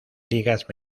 ligas